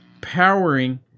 powering